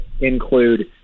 include